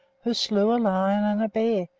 who slew a lion and a bear,